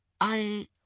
I